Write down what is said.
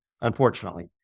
unfortunately